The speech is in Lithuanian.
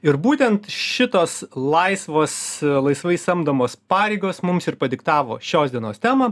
ir būtent šitos laisvos laisvai samdomos pareigos mums ir padiktavo šios dienos temą